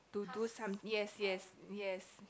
to do some yes yes yes